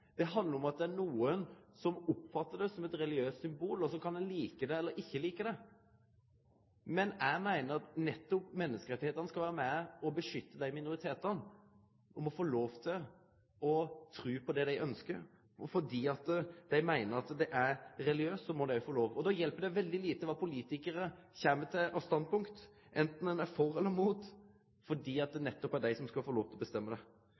Det handlar om at det er nokon som oppfattar det som eit religiøst symbol, og så kan ein like det eller ikkje like det. Men eg meiner at nettopp menneskerettane skal vere med og beskytte minoritetane, som må få lov til å tru på det dei ønskjer, og fordi dei meiner det er religiøst, må dei få lov til det. Då hjelper det veldig lite kva politikarar kjem til av standpunkt, anten ein er for eller imot, fordi det nettopp er dei som skal få lov til å bestemme det.